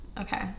Okay